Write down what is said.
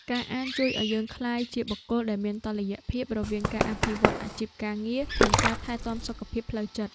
ការអានជួយឱ្យយើងក្លាយជាបុគ្គលដែលមានតុល្យភាព រវាងការអភិវឌ្ឍអាជីពការងារ និងការថែទាំសុខភាពផ្លូវចិត្ត។